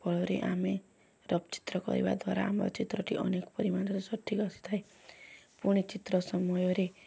ଫଳରେ ଆମେ ରଫ୍ ଚିତ୍ର କରିବା ଦ୍ୱାରା ଆମର ଚିତ୍ରଟି ଅନେକ ପରିମାଣରେ ସଠିକ୍ ଆସିଥାଏ ପୁଣି ଚିତ୍ର ସମୟରେ